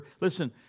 Listen